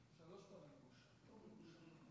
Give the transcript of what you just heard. בושה, בושה,